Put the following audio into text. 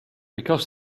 because